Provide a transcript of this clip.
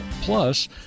Plus